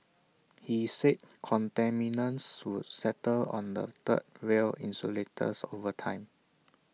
he said contaminants would settle on the third rail insulators over time